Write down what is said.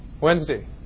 Wednesday